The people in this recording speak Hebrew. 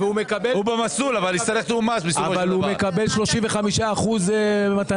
הוא יקבל ניכוי של 35 אחוזים.